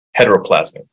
heteroplasmy